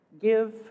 Give